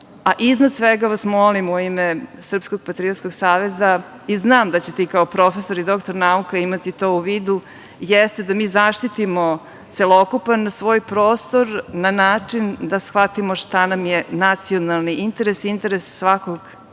iznad svega vas molim u ime Srpskog patriotskog saveza i znam da ćete i kao profesor i doktor nauka imati to u vidu, jeste da mi zaštitimo celokupan svoj prostor na način da shvatimo šta nam je nacionalni interes i interes svakog